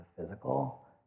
physical